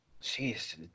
Jesus